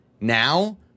now